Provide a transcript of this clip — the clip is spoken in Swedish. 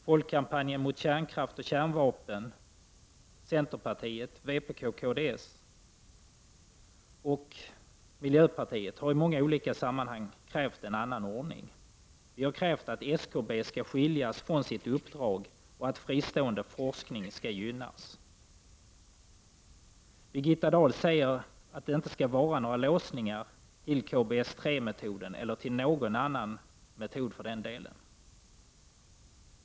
Folkkampanjen mot Kärnkraft-Kärnvapen, centerpartiet, vpk, kds och miljöpartiet har i många olika sammanhang krävt en annan ordning. Vi har krävt att SKB skall skiljas från sitt uppdrag och att fristående forskning skall gynnas. Birgitta Dahl säger att det inte skall vara några låsningar till KBS-3-metoden, eller till någon annan metod för den delen.